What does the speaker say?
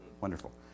Wonderful